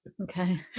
okay